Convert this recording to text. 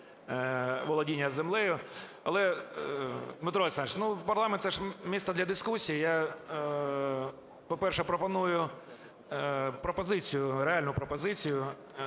Дмитро Олександрович, парламент, це ж місце для дискусії. Я, по-перше, пропоную пропозицію, реальну пропозицію,